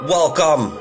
Welcome